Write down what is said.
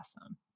awesome